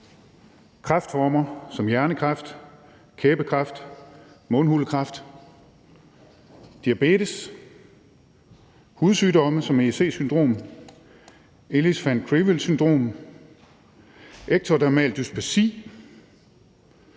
Kræftformer som hjernekræft, kæbekræft, mundhulekræft. Diabetes, hudsygdomme som EEC syndrom, Ellis van Creweld syndrom, ektodermal dysplasi,